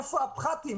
איפה הפחתים?